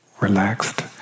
relaxed